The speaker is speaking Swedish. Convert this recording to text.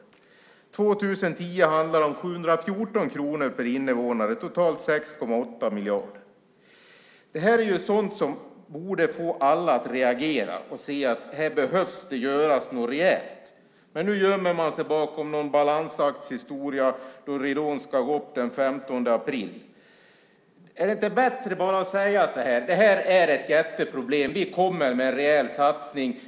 År 2010 handlar det om 714 kronor per invånare, totalt 6,8 miljarder. Det här är sådant som borde få alla att reagera och se att här behöver något rejält göras. Men nu gömmer man sig bakom någon balansaktshistoria där ridån ska gå upp den 15 april. Är det inte bättre att bara säga: Det här är ett jätteproblem. Vi kommer med en rejäl satsning.